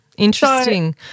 Interesting